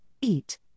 eat